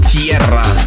Tierra